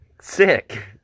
Sick